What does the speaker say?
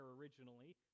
originally